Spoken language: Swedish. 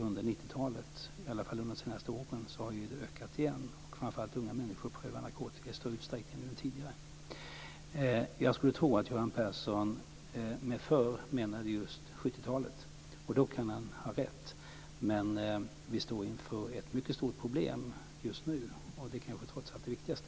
Under 90 talet, i alla fall under de senaste åren, har det ökat igen. Framför allt unga människor prövar nu narkotika i större utsträckning än tidigare. Jag skulle tro att Göran Persson med "förr" menade just 70-talet, och då kan han ha rätt. Vi står inför ett mycket stort problem just nu, och det är trots allt det viktigaste.